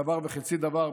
דבר וחצי דבר,